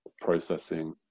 processing